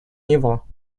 него